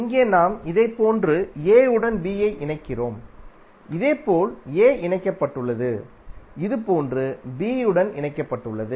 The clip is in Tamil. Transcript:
இங்கே நாம் இதைப் போன்று a உடன் b ஐ இணைக்கிறோம் இதேபோல் a இணைக்கப்பட்டுள்ளது இது போன்று b உடன் இணைக்கப்பட்டுள்ளது